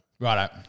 Right